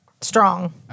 strong